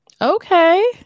Okay